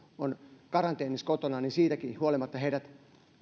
ovat karanteenissa kotona niin siitäkin huolimatta